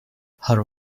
her